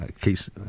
case